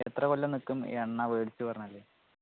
എത്ര കൊല്ലം നിക്കും ഈ എണ്ണ മേടിച്ച് പറഞ്ഞാല്